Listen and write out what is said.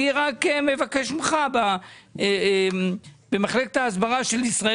אני רק מבקש ממך במחלקת ההסברה של ישראל